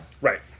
Right